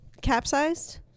capsized